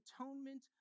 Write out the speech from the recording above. atonement